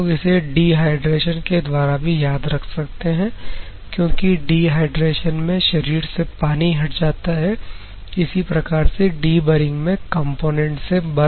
कुछ लोग इसे डिहाइड्रेशन के द्वारा भी याद रख सकते हैं क्योंकि डिहाइड्रेशन में शरीर से पानी हट जाता है इसी प्रकार से डीबरिंग में कॉम्पोनेन्ट से बर हटा दिया जाता है